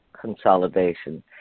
consolidation